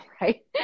right